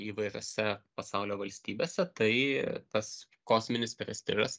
įvairiose pasaulio valstybėse tai tas kosminis prestižas